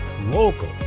local